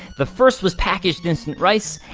the first was packaged instant rice,